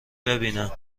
ببینم